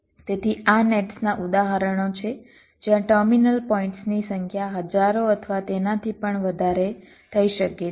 તેથી આ નેટ્સના ઉદાહરણો છે જ્યાં ટર્મિનલ પોઈન્ટની સંખ્યા હજારો અથવા તેનાથી પણ વધારે થઈ શકે છે